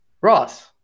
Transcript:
Ross